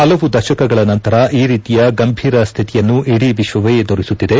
ಹಲವು ದಶಕಗಳ ನಂತರ ಈ ರೀತಿಯ ಗಂಭೀರ ಸ್ವಿತಿಯನ್ನು ಇಡೀ ವಿಶ್ವವೇ ಎದುರಿಸುತ್ತಿದೆ